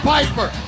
Piper